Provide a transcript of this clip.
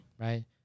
Right